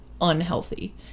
unhealthy